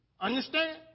Understand